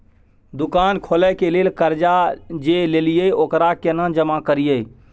दुकान खोले के लेल कर्जा जे ललिए ओकरा केना जमा करिए?